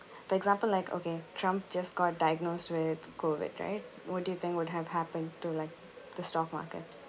for example like okay trump just got diagnosed with COVID right what do you think would have happened to like the stock market